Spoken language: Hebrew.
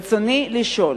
רצוני לשאול: